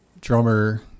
Drummer